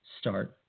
start